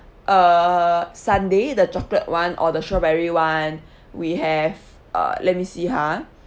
uh sundae the chocolate [one] or the strawberry [one] we have uh let me see ha